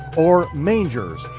or mangers.